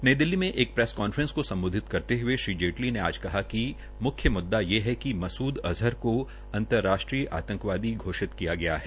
नई दिल्ली मे एक प्रेस कांफ्रेस को सम्बोधित करते हये श्री जेटली ने आज कहा कि म्ख्य म्ददा ये है कि मसूद अज़हर को अंतर्राष्ट्रीय आंतकवादी घोषित किया गया है